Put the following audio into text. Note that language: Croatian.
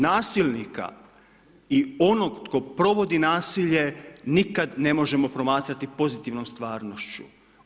Nasilnika i onog tko provodi nasilje nikad ne možemo promatrati pozitivnom stvarnošću.